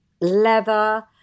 leather